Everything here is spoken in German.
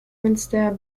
münster